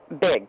big